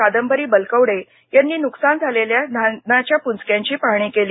कादंबरी बलकवडे यांनी नुकसान झालेल्या धानाच्या पुंजक्यांची पाहणी केली